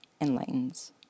enlightens